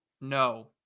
no